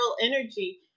energy